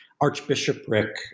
archbishopric